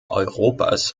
europas